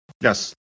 Yes